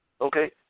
okay